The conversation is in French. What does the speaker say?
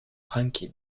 rankin